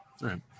right